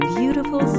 beautiful